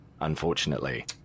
unfortunately